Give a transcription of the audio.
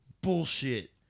bullshit